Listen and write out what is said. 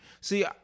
See